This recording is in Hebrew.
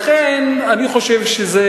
אני מדבר כמי שאוכל סלט בבית.